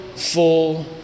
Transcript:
full